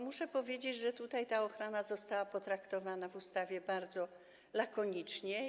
Muszę powiedzieć, że ta ochrona została potraktowana w ustawie bardzo lakonicznie.